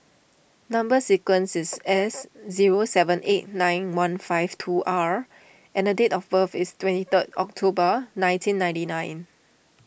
Number Sequence is S zero seven eight nine one five two R and the date of birth is twenty third October nineteen ninety nine